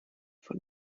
von